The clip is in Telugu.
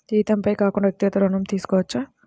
జీతంపై కాకుండా వ్యక్తిగత ఋణం తీసుకోవచ్చా?